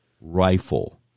rifle